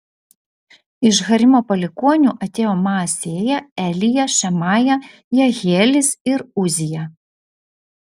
iš harimo palikuonių atėjo maasėja elija šemaja jehielis ir uzija